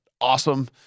awesome